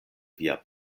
via